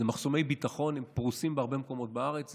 אלה מחסומי ביטחון, הם פרוסים בהרבה מקומות בארץ.